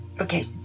Okay